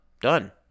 done